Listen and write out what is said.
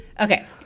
Okay